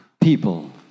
people